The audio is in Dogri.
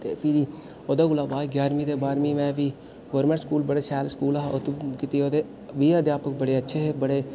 ते फ्ही ओह्दे कोला बाद ग्यारहमीं ते बारहमीं गौरमेंट स्कूल बड़ा शैल स्कूल हा उत्त कीती ओह्दे मिगी अद्यापक बड़े अच्छे हे